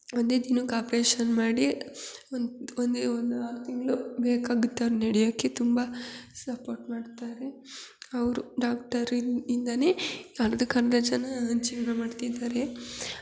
ಒಂದೇ ದಿನಕ್ಕೆ ಆಪ್ರೇಷನ್ ಮಾಡಿ ಒಂದು ಒಂದೇ ಒಂದು ಆರು ತಿಂಗಳು ಬೇಕಾಗುತ್ತೆ ಅವ್ರು ನಡೆಯಕ್ಕೆ ತುಂಬ ಸಪೋರ್ಟ್ ಮಾಡ್ತಾರೆ ಅವರು ಡಾಕ್ಟರ್ ಇನ್ ಇಂದಲೇ ಅರ್ಧಕ್ಕೆ ಅರ್ಧ ಜನ ಜೀವನ ಮಾಡ್ತಿದ್ದಾರೆ